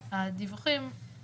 סעיף 38 לחוק העיקרי